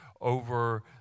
over